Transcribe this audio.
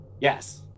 Yes